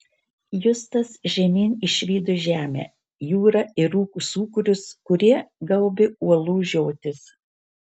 justas žemyn išvydo žemę jūrą ir rūko sūkurius kurie gaubė uolų žiotis